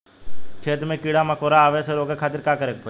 खेत मे कीड़ा मकोरा के आवे से रोके खातिर का करे के पड़ी?